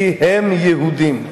כי הם יהודים.